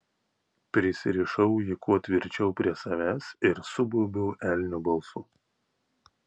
prisirišau jį kuo tvirčiausiai prie savęs ir subaubiau elnio balsu